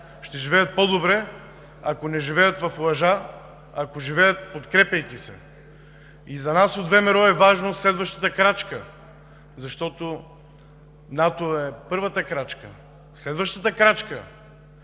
ще живеят по-добре, ако не живеят в лъжа, ако живеят, подкрепяйки се. За нас от ВМРО е важна следващата крачка, защото НАТО е първата крачка. Следващата крачка